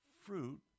fruit